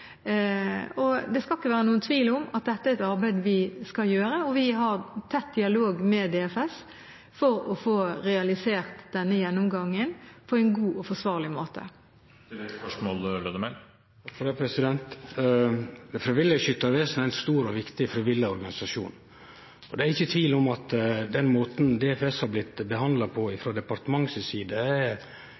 Det skal ikke være tvil om at dette er et arbeid vi skal gjøre, og vi har tett dialog med DFS for å få realisert denne gjennomgangen på en god og forsvarlig måte. Det frivillige Skyttervesen er ein stor og viktig frivillig organisasjon. Det er ikkje tvil om at den måten DFS har blitt behandla på frå departementet si side,